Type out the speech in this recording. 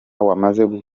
wamaze